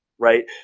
Right